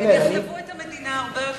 הם יחלבו את המדינה.